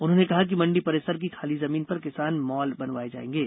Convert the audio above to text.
उन्होंने कहा कि मण्डी परिसर की खाली जमीन पर किसान मॉल बनवाये जायेंगे